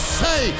say